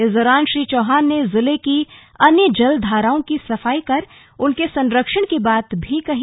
इस दौरान श्री चौहान ने जिले की अन्य जल धाराओं की सफाई कर उनके संरक्षण की बात भी कही